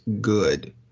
good